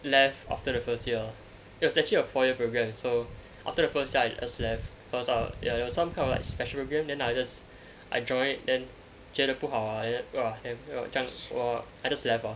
left after the first year it was actually a four year programme so after the first year I just left cause I ya it was some kind of like special programme then I just I joined then 觉得不好啊 then !wah! then 我这样 I just left ah